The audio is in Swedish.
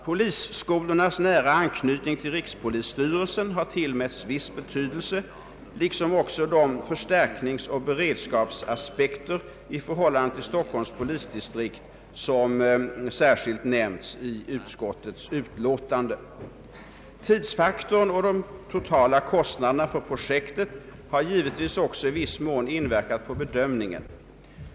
Polisskolornas nära anknytning till rikspolisstyrelsen har tillmätts viss betydelse liksom också de förstärkningsoch beredskapsaspekter i förhållande till Stockholms polisdistrikt som särskilt nämnts i utskottets utlåtande. Tidsfaktorn och de totala kostnaderna för projektet har givetvis också i viss mån inverkat på bedömningen.